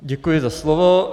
Děkuji za slovo.